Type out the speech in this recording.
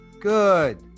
Good